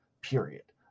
period